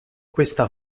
questa